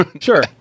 Sure